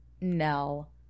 Nell